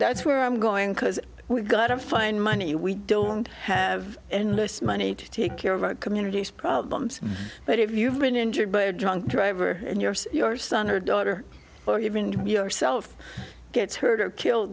that's where i'm going because we've got a fine money we don't have endless money to take care of our communities problems but if you've been injured by a drunk driver in your city your son or daughter or even yourself gets hurt or killed